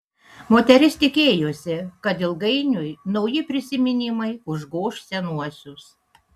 moteris tikėjosi kad ilgainiui nauji prisiminimai užgoš senuosius